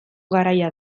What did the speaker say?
garaia